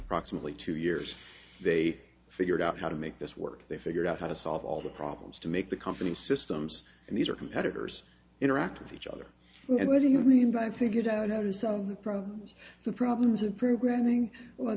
proximately two years they figured out how to make this work they figured out how to solve all the problems to make the company systems and these are competitors interact with each other and what do you mean by figured out how to some of the problems the problems of programming